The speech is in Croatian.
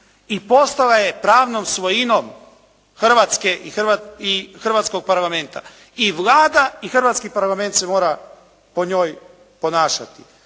i postala je pravnom svojinom Hrvatske i hrvatskog Parlamenta. I Vlada i hrvatski Parlament se mora po njoj ponašati.